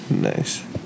Nice